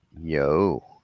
yo